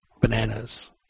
Bananas